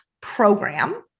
program